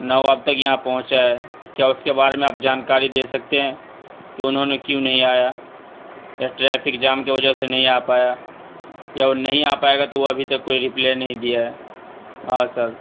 نہ وہ اب تک یہاں پہنچا ہے کیا اس کے بارے میں آپ جانکاری دے سکتے ہیں کہ انہوں نے کیوں نہیں آیا یا ٹریفک جام کے وجہ سے نہیں آ پایا یا وہ نہیں آ پائے گا تو وہ ابھی تک کوئی رپلئی نہیں دیا ہے ہاں سر